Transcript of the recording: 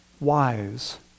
wise